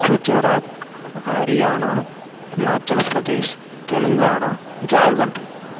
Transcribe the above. Gujarat Haryana Himachal Pradesh Telangana Jharkhand